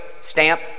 stamp